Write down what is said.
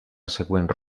següent